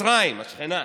מצרים השכנה,